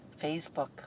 Facebook